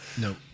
No